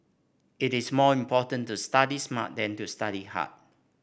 it is more important to study smart than to study hard